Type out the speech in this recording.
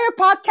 podcast